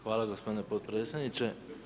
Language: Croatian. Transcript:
Hvala gospodine potpredsjedniče.